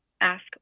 ask